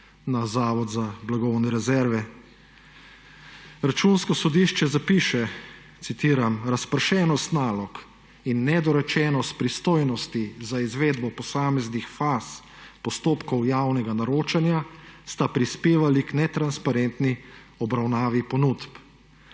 na Zavod za blagovne rezerve. Računsko sodišče zapiše, citiram, »razpršenost nalog in nedorečenost pristojnosti za izvedbo posameznih faz postopkov javnega naročanja sta prispevali k netransparentni obravnavi ponudb«.